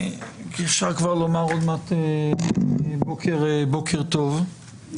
אפשר לומר עוד מעט בוקר טוב.